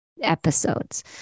episodes